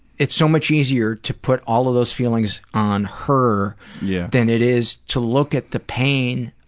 it's so much easier to put all of those feelings on her yeah than it is to look at the pain